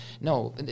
no